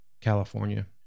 California